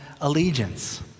allegiance